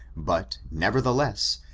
but, nevertheless,